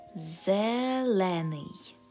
Zeleny